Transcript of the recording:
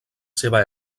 seva